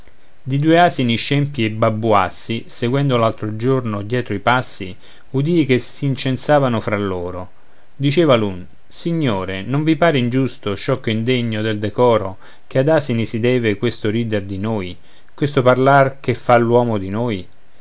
di due asini scempi e babbuassi seguendo l'altro giorno dietro i passi udii che s'incensavano fra loro diceva l'un signore non vi pare ingiusto sciocco e indegno del decoro che ad asini si deve questo rider di noi questo sparlare che fa l'uomo di noi